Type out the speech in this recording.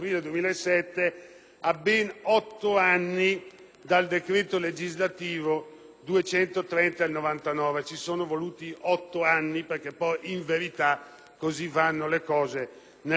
a ben otto anni dal decreto legislativo n. 230 del 1999. Ci sono voluti otto anni perché, in verità, così vanno le cose nel nostro Paese.